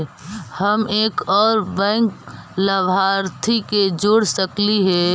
हम एक और बैंक लाभार्थी के जोड़ सकली हे?